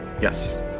Yes